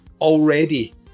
already